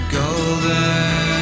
golden